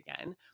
again